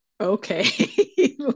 okay